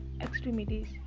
extremities